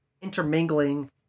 intermingling